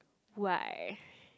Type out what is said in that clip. why